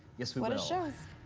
yes what it shows.